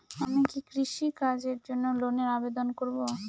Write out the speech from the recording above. আমি কি কৃষিকাজের জন্য লোনের আবেদন করব?